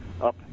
up